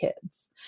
kids